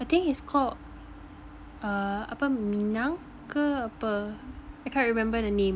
I think it's called err ape minang kah ape I can't remember the name